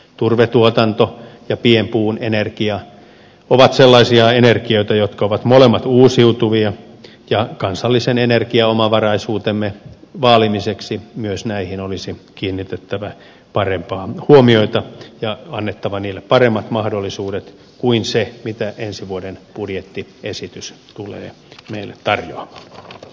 turvetuotanto ja pienpuun energia ovat sellaisia energioita jotka ovat molemmat uusiutuvia ja kansallisen energiaomavaraisuutemme vaalimiseksi myös näihin olisi kiinnitettävä parempaa huomiota ja annettava niille paremmat mahdollisuudet kuin se mitä ensi vuoden budjettiesitys tulee meille tarjoamaan